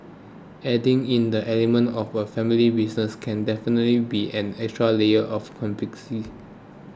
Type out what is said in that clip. adding in the element of a family business can definitely be an extra layer of complexity